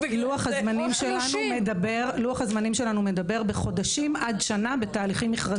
לוח הזמנים שלנו מדבר בחודשים עד שנה בתהליכים מכרזיים.